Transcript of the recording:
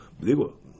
digo